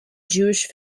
jewish